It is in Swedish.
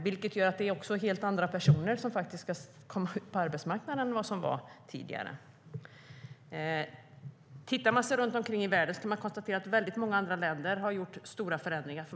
Det gör att det är helt andra personer som ska komma ut på arbetsmarknaden än tidigare. Tittar man sig runt omkring i världen kan man konstatera att många andra länder har gjort stora förändringar.